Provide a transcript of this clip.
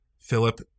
Philip